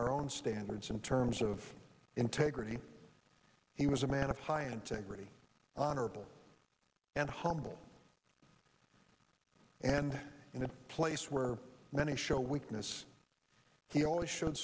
our own standards in terms of integrity he was a man of high integrity honorable and humble and a place where many show weakness he always showed